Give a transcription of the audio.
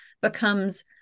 becomes